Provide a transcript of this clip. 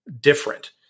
different